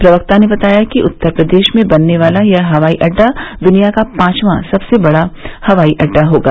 प्रवक्ता ने बताया कि उत्तर प्रदेश में बनने वाला यह हवाई अड्डा दुनिया का पांचवां सबसे बड़ा हवाई अड्डा होगा